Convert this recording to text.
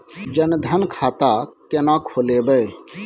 जनधन खाता केना खोलेबे?